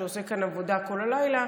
שעושה כאן עבודה כל הלילה,